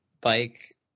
bike